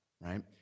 right